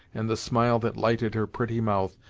and the smile that lighted her pretty mouth,